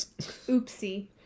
oopsie